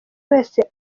wese